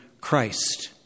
Christ